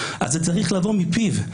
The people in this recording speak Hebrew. זה צריך לבוא מפיו.